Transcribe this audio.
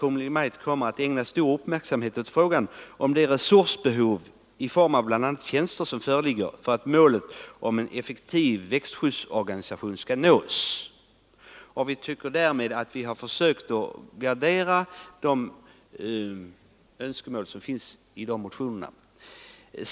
Maj:t kommer att ägna stor uppmärksamhet åt frågan om det resursbehov i form av bl.a. tjänster som föreligger för att målet om en effektiv växtskyddsorganisation skall nås”. Vi tycker att vi därmed har försökt gardera de önskemål som finns i dessa motioner.